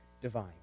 divine